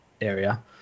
area